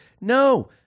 No